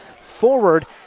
forward